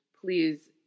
Please